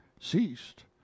ceased